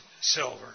silver